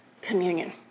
communion